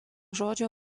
žodžio